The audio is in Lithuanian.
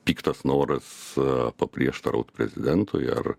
piktas noras paprieštaraut prezidentui ar